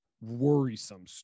worrisome